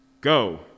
Go